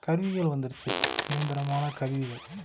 கருவிகள் வந்துடுச்சி இயந்திரமான கருவிகள்